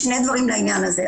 שני דברים לעניין הזה.